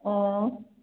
ꯑꯣ